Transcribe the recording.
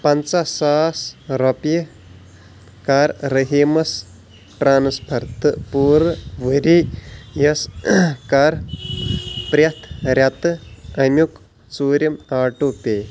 پنٛژاہ ساس رۄپیہِ کَر رٔحیٖمس ٹرانسفر تہٕ پوٗرٕ ؤری یَس کَر پرٛٮ۪تھ رٮ۪تہٕ امیُک ژوٗرِم آٹو پے